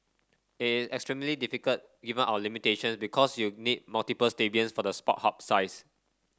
it extremely difficult given our limitation because you need multiple stadiums for the sport hub size